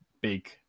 big